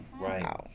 Right